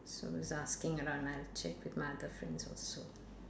so was asking around I'll check with my other friends also